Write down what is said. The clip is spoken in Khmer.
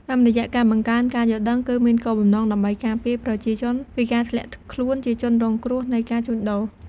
តាមរយៈការបង្កើនការយល់ដឹង គឺមានគោលបំណងដើម្បីការពារប្រជាជនពីការធ្លាក់ខ្លួនជាជនរងគ្រោះនៃការជួញដូរ។